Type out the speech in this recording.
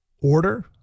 Order